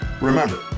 Remember